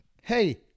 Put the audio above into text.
hey